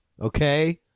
Okay